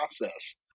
process